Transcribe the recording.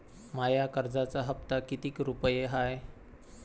माया कर्जाचा हप्ता कितीक रुपये हाय?